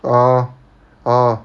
orh orh